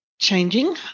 changing